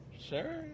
Sure